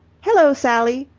hello, sally,